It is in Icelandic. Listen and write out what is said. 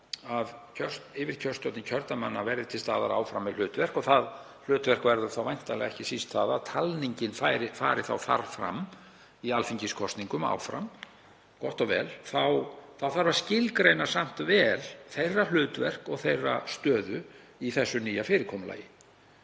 að yfirkjörstjórnir kjördæmanna verði til staðar áfram með hlutverk, og það hlutverk verður þá væntanlega ekki síst að talningin fari þar fram í alþingiskosningum áfram, gott og vel, þá þarf að skilgreina samt vel hlutverk þeirra og stöðu í nýja fyrirkomulaginu